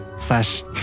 Slash